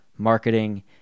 marketing